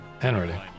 handwriting